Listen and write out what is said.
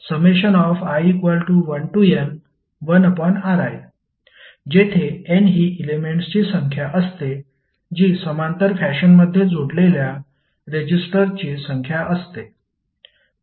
1Req1R11R21Rni1n1Ri जेथे N ही एलेमेंट्सची संख्या असते जी समांतर फॅशनमध्ये जोडलेल्या रेजिस्टरची संख्या असते